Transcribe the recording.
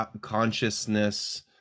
consciousness